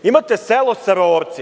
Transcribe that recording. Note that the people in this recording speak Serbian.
Imate selo Saraorci.